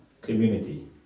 community